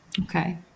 Okay